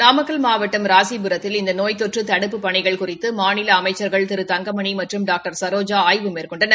நாமக்கல் மாவட்டம் ராசிபுரத்தில் இந்த நோய் தொற்று தடுப்புப் பணிகள் குறித்து மாநில அமைச்ச்கள் திரு தங்கமணி மற்றும் டாக்டர் சரோஜா ஆய்வு மேற்கொண்டனர்